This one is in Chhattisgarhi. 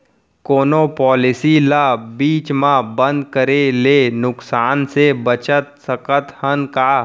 कोनो पॉलिसी ला बीच मा बंद करे ले नुकसान से बचत सकत हन का?